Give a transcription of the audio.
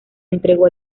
entregó